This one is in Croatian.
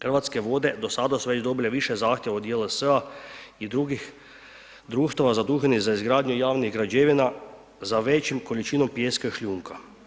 Hrvatske vode do sada su već dobile više zahtjeva od JLS-a i drugih društava zaduženih za izgradnju javnih građevina za većim količinom pijeska i šljunka.